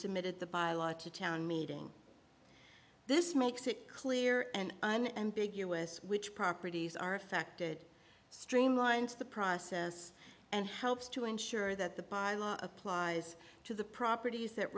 submitted the by law to town meeting this makes it clear and unambiguous which properties are affected streamlined the process and helps to ensure that the by law applies to the properties that